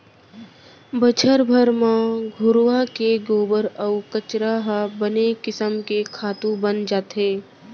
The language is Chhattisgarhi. बछर भर म घुरूवा के गोबर अउ कचरा ह बने किसम के खातू बन जाथे